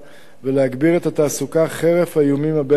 ולהגביר את התעסוקה, חרף האיומים הבין-לאומיים.